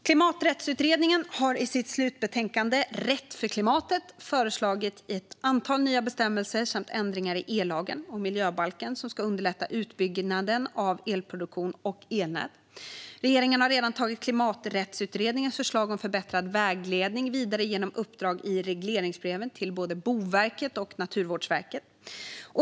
Klimaträttsutredningen har i sitt slutbetänkande Rätt för klimatet föreslagit ett antal nya bestämmelser samt ändringar i ellagen och miljöbalken som ska underlätta utbyggnaden av elproduktion och elnät. Regeringen har redan tagit Klimaträttsutredningens förslag om förbättrad vägledning vidare genom uppdrag i regleringsbreven till både Boverket och Naturvårdsverket.